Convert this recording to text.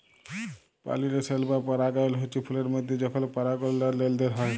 পালিলেশল বা পরাগায়ল হচ্যে ফুলের মধ্যে যখল পরাগলার লেলদেল হয়